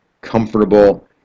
comfortable